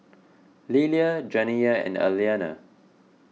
Lillia Janiya and Aliana